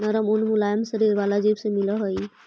नरम ऊन मुलायम शरीर वाला जीव से मिलऽ हई